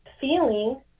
Feeling